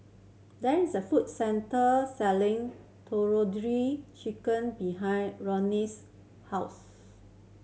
there is a food centre selling Tandoori Chicken behind 's house